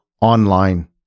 online